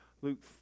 Luke